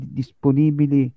disponibili